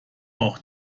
auch